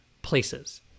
places